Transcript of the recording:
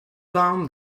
warm